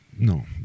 no